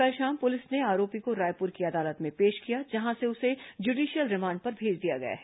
कल शाम पुलिस ने आरोपी को रायपुर की अदालत में पेश किया जहां से उसे ज्यूडिशल रिमांड पर भेज दिया गया है